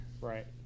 Right